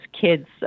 kids